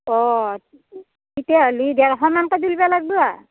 অ তেতিয়াহ'লে ডেৰশমানকৈ তুলিব লাগিব আৰু